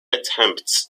attempts